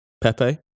Pepe